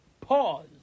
pause